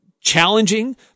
challenging